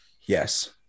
yes